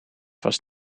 was